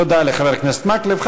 תודה לחבר הכנסת מקלב.